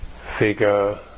figure